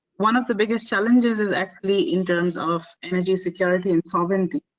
one of the biggest challenges is actually in terms of energy security and sovereignty.